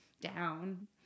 down